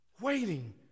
waiting